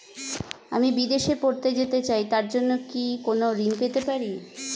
আমি বিদেশে পড়তে যেতে চাই তার জন্য কি কোন ঋণ পেতে পারি?